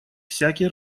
всякие